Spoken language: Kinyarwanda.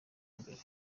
mbere